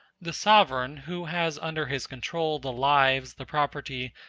the sovereign, who has under his control the lives, the property,